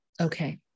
Okay